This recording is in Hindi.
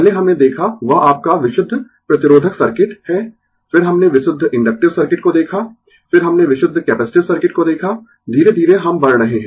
पहले हमने देखा वह आपका विशुद्ध प्रतिरोधक सर्किट है फिर हमने विशुद्ध इन्डक्टिव सर्किट को देखा फिर हमने विशुद्ध कैपेसिटिव सर्किट को देखा धीरे धीरे हम बढ़ रहे है